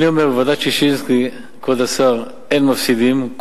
אני אומר, כבוד השר, ועדת-ששינסקי, אין מפסידים.